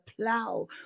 plow